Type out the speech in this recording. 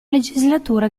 legislatura